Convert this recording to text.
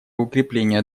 укрепления